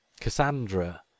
Cassandra